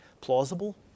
plausible